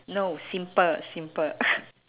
no simple simple